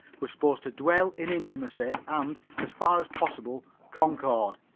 were supposed to dwell in intimacy and, as far as possible, concord.